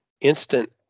instant